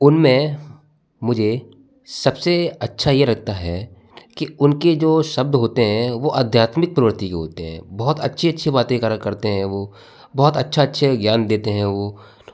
उनमें मुझे सबसे अच्छा ये लगता है कि उनकी जो शब्द होते हैं वो अध्यात्मिक प्रवृति के होते हैं बहुत अच्छी अच्छी बातें करा करते हैं वो बहुत अच्छा अच्छे ज्ञान देते हैं वो